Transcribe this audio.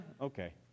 okay